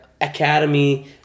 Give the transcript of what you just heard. Academy